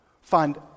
find